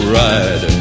ride